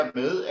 med